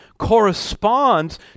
corresponds